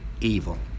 evil